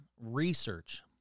research